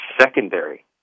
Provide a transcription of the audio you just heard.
secondary